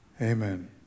amen